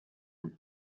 oan